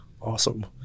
awesome